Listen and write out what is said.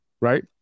right